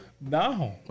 no